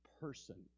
person